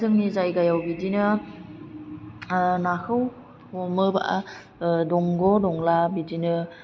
जोंनि जायगायाव बिदिनो नाखौ हमोबा दंग' दंला बिदिनो